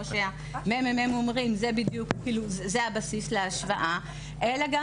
שהמ.מ.מ אומרים שהוא הבסיס להשוואה, אלא גם